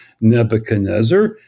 Nebuchadnezzar